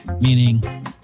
meaning